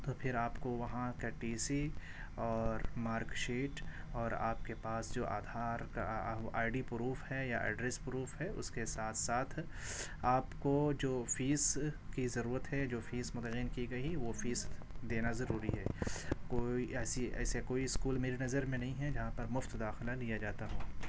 تو پھر آپ کو وہاں کا ٹی سی اور مارکشیٹ اور آپ کے پاس جو آدھار کا آئی ڈی پروف ہے یا ایڈریس پروف ہے اس کے ساتھ ساتھ آپ کو جو فیس کی ضرورت ہے جو فیس متعین کی گئی ہے وہ فیس دینا ضروری ہے کوئی ایسی ایسا کوئی اسکول میری نظر میں نہیں ہے جہاں پر مفت داخلہ لیا جاتا ہو